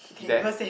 that